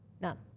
none